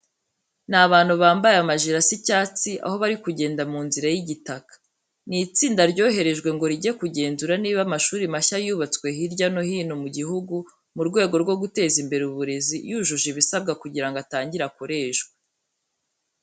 Ni abantu bambaye amajire asa icyatsi, aho bari kugenda mu nzira y'igitaka. Ni itsinda ryoherejwe ngo rijye kugenzura niba amashuri mashya yubatswe hirya no hino mu gihugu, mu rwego rwo guteza imbere uburezi, yujuje ibisabwa kugira ngo atangire akoreshwe.